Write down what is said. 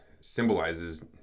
symbolizes